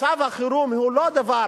מצב החירום הוא לא דבר